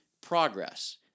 progress